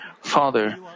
Father